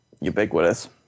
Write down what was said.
ubiquitous